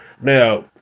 now